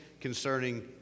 concerning